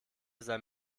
sein